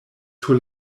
sur